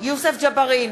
יוסף ג'בארין,